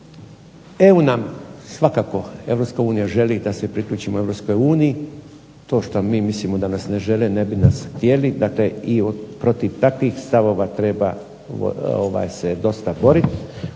EU nam svakako, Europska unija želi da se priključimo EU. To što mi mislimo da nas ne žele ne bi nas htjeli. Dakle, i protiv takvih stavova treba se dosta boriti